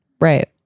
Right